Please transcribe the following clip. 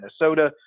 Minnesota